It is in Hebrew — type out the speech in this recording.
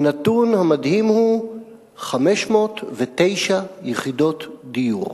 הנתון המדהים הוא 509 יחידות דיור,